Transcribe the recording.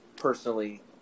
Personally